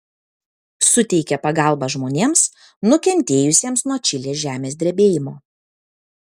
suteikė pagalbą žmonėms nukentėjusiems nuo čilės žemės drebėjimo